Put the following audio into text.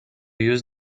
use